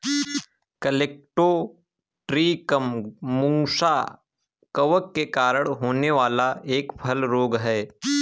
colletotrichum मुसा कवक के कारण होने वाला एक फल रोग है